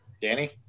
Danny